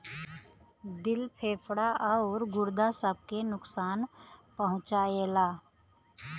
दिल फेफड़ा आउर गुर्दा सब के नुकसान पहुंचाएला